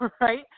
right